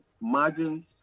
margins